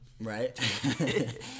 right